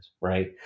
Right